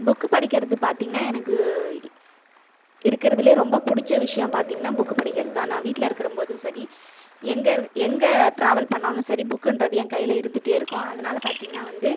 book படிக்கிறது பார்த்திங்கன்னா எனக்கு இருக்கிறதுலே ரொம்ப பிடிச்ச விஷயம் பார்த்திங்கனா புக்கு படிக்கிறது தான் நான் வீட்டில் இருக்கிறம் போதும் சரி எங்கே எங்கே ட்ராவல் பண்ணாலும் சரி புக்குன்றது என் கையில் இருந்துட்டே இருக்கும் அதனால் பார்த்திங்கன்னா வந்து